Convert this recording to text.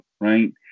right